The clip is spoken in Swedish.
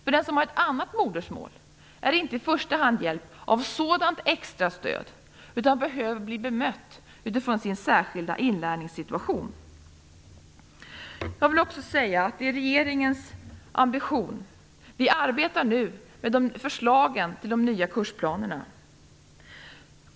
Men den som har ett annat modersmål är inte i första hand hjälpt av sådant extrastöd utan behöver bli bemött utifrån sin särskilda inlärningssituation. Regeringen arbetar nu med förslagen till de nya kursplanerna.